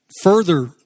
further